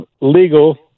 legal